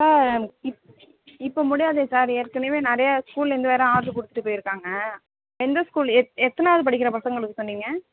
sir இப்ப இப்போ முடியாதே சார் ஏற்கனவே நிறையா ஸ்கூல்லேர்ந்து வேறு ஆர்டர் கொடுத்துட்டு போயிருக்காங்க எந்த ஸ்கூல் எத் எத்தனாவது படிக்கிற பசங்களுக்கு சொன்னீங்க